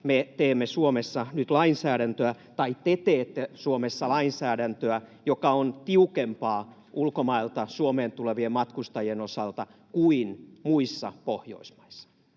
me teemme Suomessa nyt lainsäädäntöä — tai te teette Suomessa lainsäädäntöä, joka on tiukempaa ulkomailta Suomeen tulevien matkustajien osalta kuin muissa Pohjoismaissa.